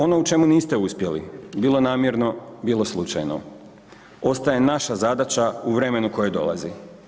Ono u čemu niste uspjeli bilo namjerno, bilo slučajno ostaje naša zadaća u vremenu koje dolazi.